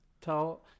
Tell